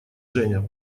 женя